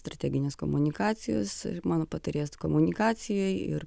strateginės komunikacijos mano patarėjas komunikacijai ir